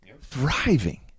thriving